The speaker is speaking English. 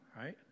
right